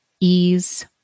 Ease